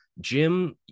Jim